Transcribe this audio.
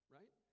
right